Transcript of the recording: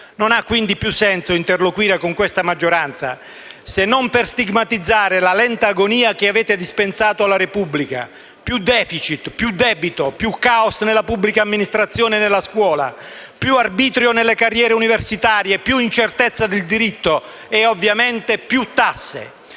Non ha quindi più senso interloquire con questa maggioranza, se non per stigmatizzare la lenta agonia che avete dispensato alla Repubblica: più *deficit*, più debito, più *caos* nella pubblica amministrazione e nella scuola, più arbitrio nelle carriere universitarie, più incertezza del diritto e, ovviamente, più tasse,